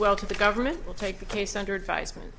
well to the government will take the case under advisement